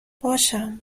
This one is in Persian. باشم